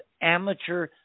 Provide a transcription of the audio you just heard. amateur